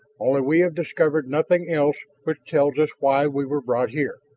only we have discovered nothing else which tells us why we were brought here.